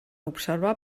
observar